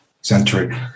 century